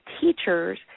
teachers